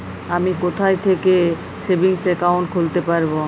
আমি কোথায় থেকে সেভিংস একাউন্ট খুলতে পারবো?